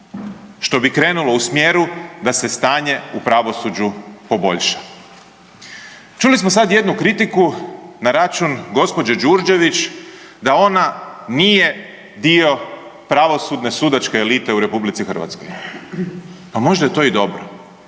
što bi krenulo u smjeru da se stanje u pravosuđu poboljša. Čuli smo sad jednu kritiku na račun gđe. Đurđević da ona nije dio pravosudne sudačke elite u RH. Pa možda je to i dobro,